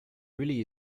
really